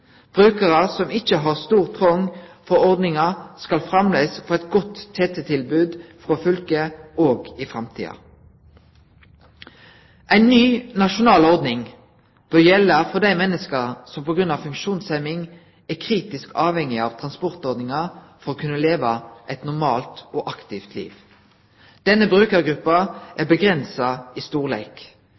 Brukarar som ikkje har stor trong for ordninga, skal framleis få eit godt TT-tilbod frå fylket òg i framtida. Ei ny, nasjonal ordning bør gjelde for dei menneska som på grunn av funksjonshemming er kritisk avhengige av transportordninga for å kunne leve eit normalt og aktivt liv. Denne brukargruppa er avgrensa i storleik.